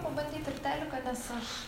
pabandyt ir teliką nes aš